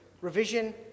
revision